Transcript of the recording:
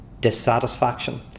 dissatisfaction